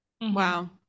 Wow